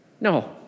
No